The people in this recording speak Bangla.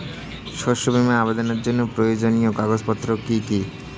শস্য বীমা আবেদনের জন্য প্রয়োজনীয় কাগজপত্র কি কি?